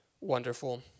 wonderful